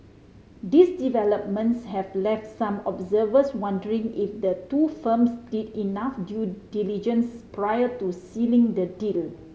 these developments have left some observers wondering if the two firms did enough due diligence prior to sealing the deal